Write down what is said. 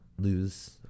lose